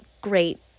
great